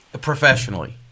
Professionally